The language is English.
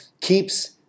keeps